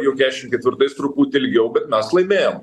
jau kesšim ketvirtais truputį ilgiau bet mes laimėjom